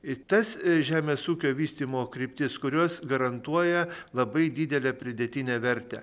į tas žemės ūkio vystymo kryptis kurios garantuoja labai didelę pridėtinę vertę